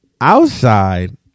Outside